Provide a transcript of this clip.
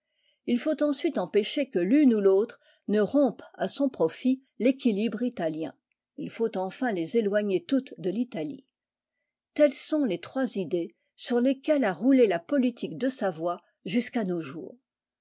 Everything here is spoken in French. il faut ensuite empêcher que l'une ou l'autre ne rompe à son profit l'équilibre italien il faut enfin les éloigner toutes de l'italie telles sont les trois idées sur lesquelles a roulé la politique de savoie jusqu'à nos jours